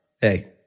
Hey